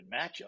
matchup